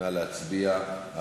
נא להצביע.